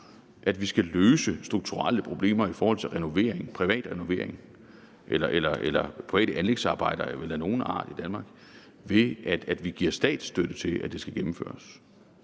at vi skal løse strukturelle problemer i forhold til privat renovering eller private anlægsarbejder af nogen art i Danmark, ved at vi giver statsstøtte til, at det skal gennemføres.